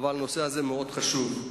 אך הנושא הזה מאוד חשוב.